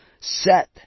set